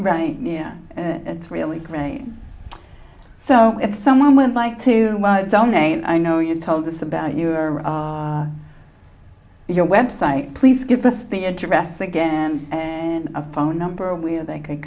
right and it's really great so if someone would like to donate i know you told us about your your website please give us the address again and a phone number where they can